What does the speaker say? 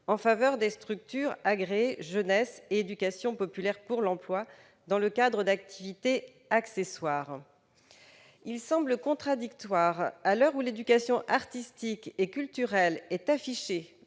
en faveur des structures agréées Jeunesse et éducation populaire pour l'emploi dans le cadre d'activités accessoires. Il semble contradictoire, à l'heure où l'éducation artistique et culturelle est affichée